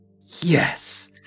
Yes